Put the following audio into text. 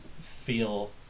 feel